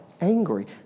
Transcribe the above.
angry